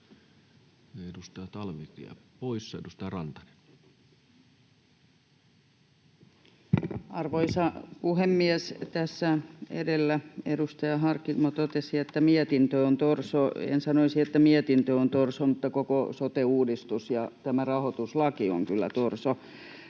Edustaja Talvitie poissa. — Edustaja Rantanen. Arvoisa puhemies! Tässä edellä edustaja Harkimo totesi, että mietintö on torso. En sanoisi, että mietintö on torso, mutta koko sote-uudistus ja tämä rahoituslaki ovat kyllä torsoja.